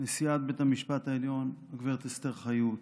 נשיאת בית המשפט העליון גב' אסתר חיות,